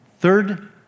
Third